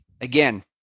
Again